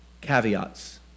caveats